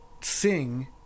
sing